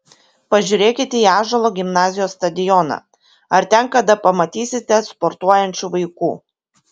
pažiūrėkite į ąžuolo gimnazijos stadioną ar ten kada pamatysite sportuojančių vaikų